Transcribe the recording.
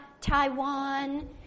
Taiwan